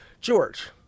George